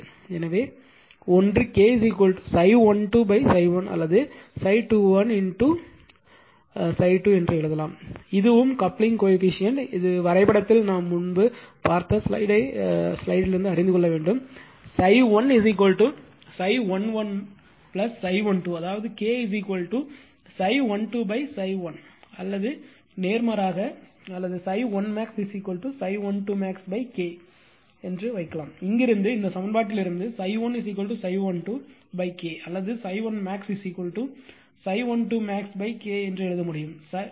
எனவே ஒன்று K ∅12 ∅1 அல்லது ∅21 ∅2 ஐ எழுதலாம் இதுவும் கப்ளிங் கோஎபிஷியன்ட் இது வரைபடத்தில் நாம் முன்பு பார்த்த ஸ்லைடை அறிந்து கொள்ள வேண்டும் ∅1 ∅11 ∅12 அதாவது K ∅12 ∅1 அல்லது நேர்மாறாக அல்லது ∅1 max ∅12 max K ஐ வைக்கலாம் இங்கிருந்து இந்த சமன்பாட்டிலிருந்து ∅1 ∅12 K அல்லது ∅1 max ∅12 max K எழுத முடியும்